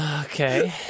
Okay